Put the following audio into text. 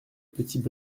petits